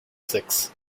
six